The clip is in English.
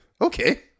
Okay